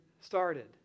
started